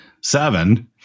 seven